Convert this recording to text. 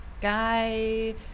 guy